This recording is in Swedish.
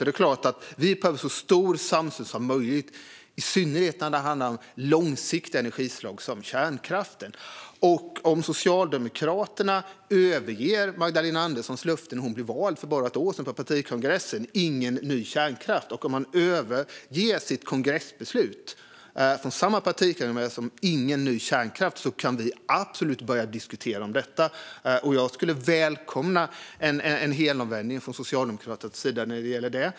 Det är klart att vi behöver så stor samsyn som möjligt, i synnerhet när det handlar om långsiktiga energislag som kärnkraft. Om Socialdemokraterna överger det löfte som Magdalena Andersson blev vald på vid partikongressen för ett år sedan - ingen ny kärnkraft - och överger kongressbeslutet om samma sak kan vi absolut börja diskutera. Jag skulle välkomna en helomvändning från Socialdemokraternas sida när det gäller detta.